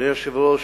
אדוני היושב-ראש,